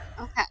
Okay